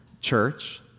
church